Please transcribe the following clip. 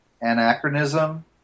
anachronism